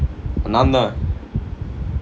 நான்தா:naanthaa